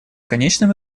конечном